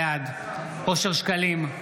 בעד אושר שקלים,